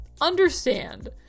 understand